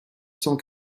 cent